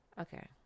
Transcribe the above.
Okay